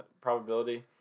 probability